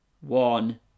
one